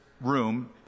room